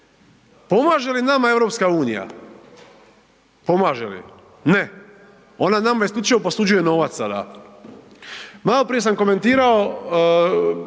Pomaže li nama EU? Pomaže li? Ne. Ona nama isključivo posuđuje novac sada. Maloprije sam komentirao